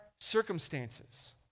circumstances